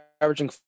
averaging